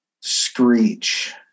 screech